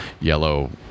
yellow